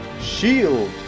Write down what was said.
shield